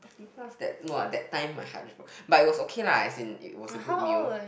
!wah! that time my heart just broke but it was okay lah as in it was a good meal